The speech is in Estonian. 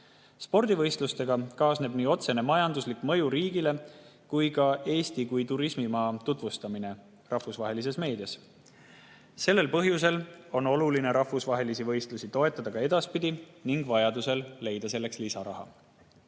Spordivõistlustega kaasneb nii otsene majanduslik mõju riigile kui ka Eesti kui turismimaa tutvustamine rahvusvahelises meedias. Sel põhjusel on oluline toetada rahvusvahelisi võistlusi ka edaspidi ning vajadusel leida selleks lisaraha.